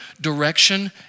direction